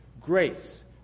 grace